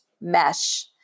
mesh